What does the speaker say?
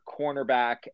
cornerback